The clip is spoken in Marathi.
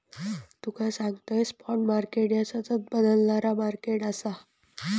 तुका सांगतंय, स्पॉट मार्केट ह्या सतत बदलणारा मार्केट आसा